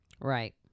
Right